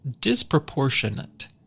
disproportionate